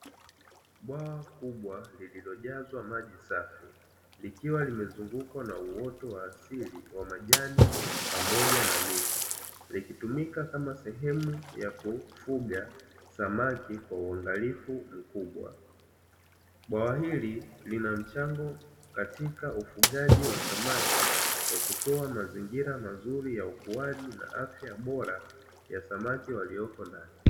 Bwawa kubwa lililojazwa maji safi likiwa limezungukwa na uoto wa asili wa majani pamoja na miti, likitumika kama sehemu ya kufuga samaki kwa uangalifu mkubwa. Bwawa hili lina mchango katika ufugaji wa samaki, kwa kutoa mazingira mazuri ya ukuaji na afya bora ya samaki walioko ndani.